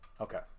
Okay